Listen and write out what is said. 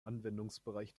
anwendungsbereich